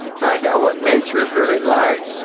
find out what nature's really like,